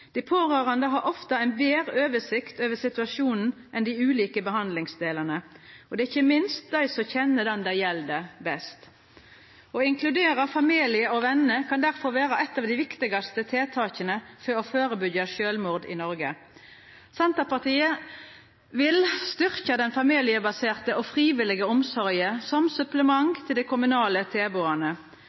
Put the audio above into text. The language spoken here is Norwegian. Dei pårørande har ofte ei betre oversikt over situasjonen enn dei ulike behandlingsdelane, og det er ikkje minst dei som kjenner den det gjeld, best. Å inkludera familie og vener kan derfor vera eit av dei viktigaste tiltaka for å førebyggja sjølvmord i Noreg. Senterpartiet vil styrkja den familiebaserte og frivillige omsorga som supplement til dei kommunale